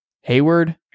Hayward